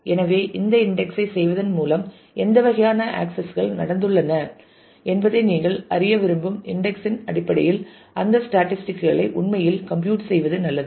எனவே இந்த இன்டெக்ஸ் ஐ செய்வதன் மூலம் எந்த வகையான ஆக்சஸ் கள் நடந்துள்ளன என்பதை நீங்கள் அறிய விரும்பும் இன்டெக்ஸ் இன் அடிப்படையில் அந்த ஸ்டேட்டிஸ்டிக்ஸ் களை உண்மையில் கம்ப்யூட் செய்வது நல்லது